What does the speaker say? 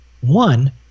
One